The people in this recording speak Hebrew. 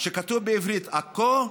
שכתוב בו בעברית "עכו",